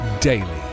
daily